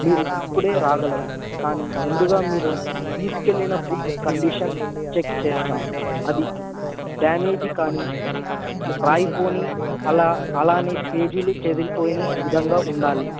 మీరు ఇప్పుడే రాగలరు కానీ ముందుగా మీరు తీసుకువెళ్ళిన బుక్ కండిషన్ చెక్ చేస్తాం అది డ్యామేజ్ కానీ రాయిపోని అలా అలానే పేజీలు చెదిరిపోని విధంగా ఉండాలి